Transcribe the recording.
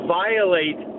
violate